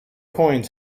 coins